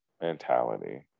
mentality